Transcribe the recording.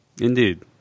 indeed